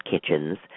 kitchens